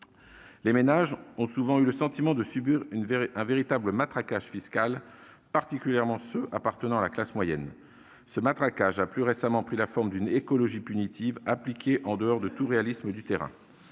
Les ménages ont souvent eu le sentiment de subir un véritable matraquage fiscal, particulièrement ceux de la classe moyenne. Plus récemment, ce matraquage a pris la forme d'une écologie punitive appliquée en dehors de tout réalisme de terrain.